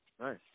Nice